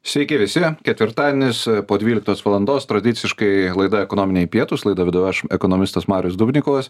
sveiki visi ketvirtadienis po dvyliktos valandos tradiciškai laida ekonominiai pietūs laidą vedu aš ekonomistas marius dubnikovas